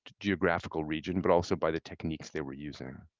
geographical region but also by the techniques they were using.